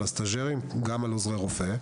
על הסטז'רים וגם על עוזרי רופא.